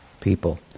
people